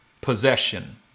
possession